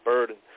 Burden